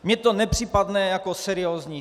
Mně to nepřipadne jako seriózní.